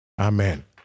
Amen